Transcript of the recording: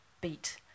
beat